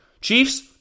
Chiefs